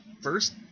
first